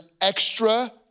extra